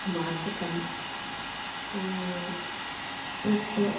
वाचकं तत्